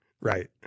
right